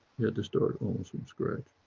had to start almost from scratch.